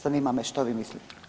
Zanima me što vi mislite.